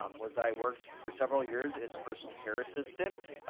um was i worked for several years is a personal care assistant.